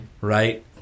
Right